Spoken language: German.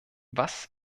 was